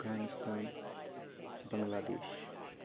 Afghanistan Bangladesh